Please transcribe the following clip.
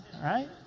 right